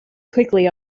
quickly